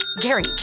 Gary